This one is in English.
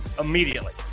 immediately